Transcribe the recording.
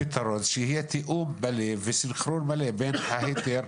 הפתרון הוא שיהיה תיאום מלא וסנכרון מלא בין ההיתר,